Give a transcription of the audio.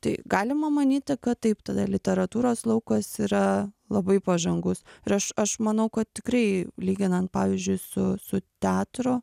tai galima manyti kad taip tada literatūros laukas yra labai pažangus ir aš aš manau kad tikrai lyginant pavyzdžiui su su teatro